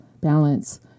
balance